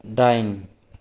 दाइन